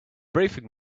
briefing